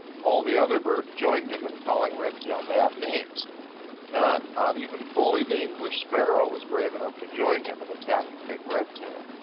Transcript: all the other birds joined him in calling redtail bad names. but none, not even bully the english sparrow, was brave enough to join him in attacking big redtail.